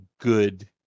good